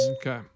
Okay